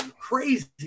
crazy